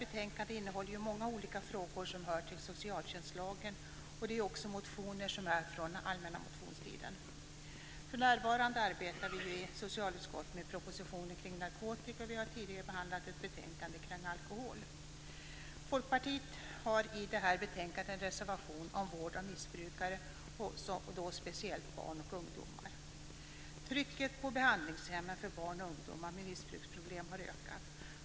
Betänkandet innehåller många olika frågor som hör till socialtjänstlagen och motioner från allmänna motionstiden. För närvarande arbetar vi i socialutskottet med propositionen kring narkotika. Vi har tidigare behandlat ett betänkande kring alkohol. Folkpartiet har en reservation om vård av missbrukare, speciellt barn och ungdomar. Trycket på behandlingshemmen för barn och ungdomar med missbruksproblem har ökat.